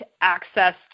access